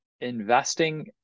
investing